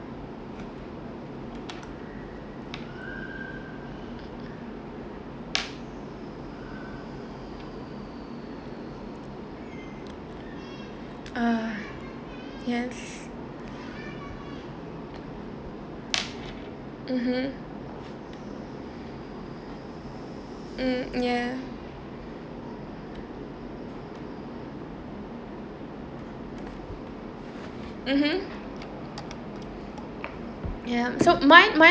uh yes mmhmm mm ya mmhmm ya so mine mine